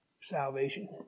salvation